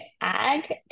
ag